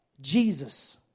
Jesus